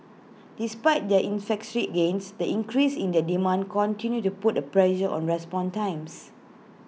despite their efficiency gains the increases in the demand continue to put A pressure on respond times